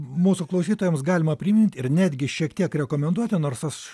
mūsų klausytojams galima primint ir netgi šiek tiek rekomenduoti nors aš